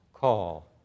call